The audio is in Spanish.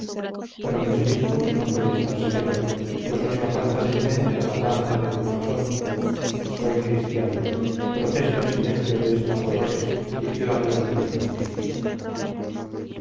pero mi espíritu no puede estar sereno pues no se aparta de mi mente la matanza de burjasot soy cristiano protesto en silencio de estos horrores y pido a dios que los castigue